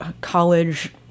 college